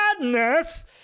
madness